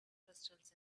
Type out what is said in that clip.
crystals